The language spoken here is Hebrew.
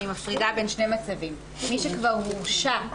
אני מפרידה בין שני מצבים: מי שכבר הורשע,